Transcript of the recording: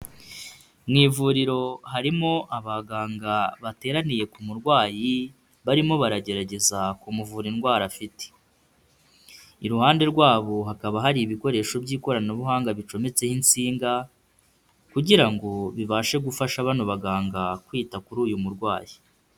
Mu ivuriro harimo abaganga bateraniye ku murwayi, barimo baragerageza kumuvura indwara afite. Iruhande rwabo hakaba hari ibikoresho by'ikoranabuhanga bicometseho insinga kugira ngo bibashe gufasha bano baganga kwita kuri uyu murwayi.